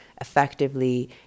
effectively